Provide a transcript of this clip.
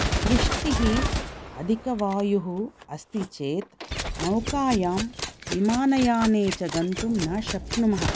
वृष्टिः अधिकवायुः अस्ति चेत् नौकायां विमानयाने च गन्तुं न शक्नुमः